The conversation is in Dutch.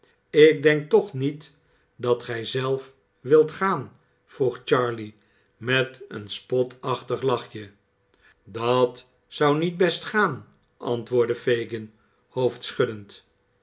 ik denk toch niet dat gij zelf wilt gaan vroeg charley met een spolachtig lachje dat zou niet best gaan antwoordde fagin